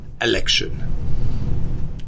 election